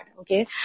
Okay